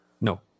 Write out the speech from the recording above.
No